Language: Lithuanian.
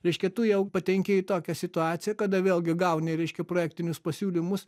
reiškia tu jau patenki į tokią situaciją kada vėlgi gauni reiškia projektinius pasiūlymus